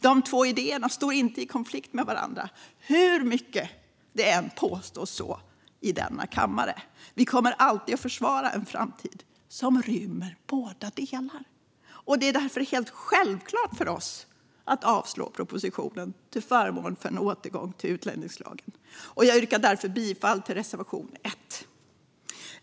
De två idéerna står inte i konflikt med varandra, hur mycket det än påstås i denna kammare. Vi kommer alltid att försvara en framtid som rymmer båda delarna. Det är därför helt självklart för oss att yrka avslag på propositionen till förmån för en återgång till utlänningslagen, och jag yrkar därför bifall till reservation 1.